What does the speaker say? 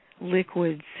liquids